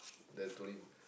then I told him